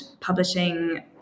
publishing